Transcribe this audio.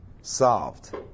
solved